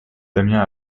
damien